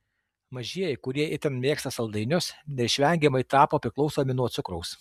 mažieji kurie itin mėgsta saldainius neišvengiamai tapo priklausomi nuo cukraus